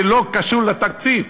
זה לא קשור לתקציב.